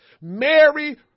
Mary